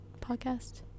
podcast